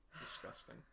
Disgusting